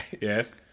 Yes